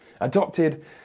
adopted